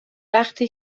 وقتی